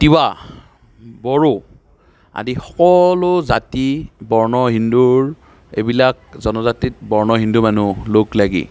তিৱা বড়ো আদি সকলো জাতি বৰ্ণ হিন্দুৰ এইবিলাক জনজাতিত বৰ্ণ হিন্দু মানুহ লগ লাগি